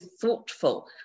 thoughtful